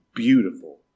beautiful